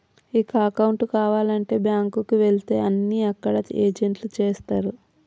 ఇక అకౌంటు కావాలంటే బ్యాంకుకి వెళితే అన్నీ అక్కడ ఏజెంట్లే చేస్తరు